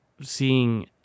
seeing